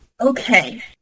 okay